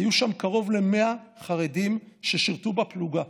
היו שם קרוב ל-100 חרדים ששירתו בפלוגה,